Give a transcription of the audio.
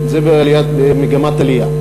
זה במגמת עלייה.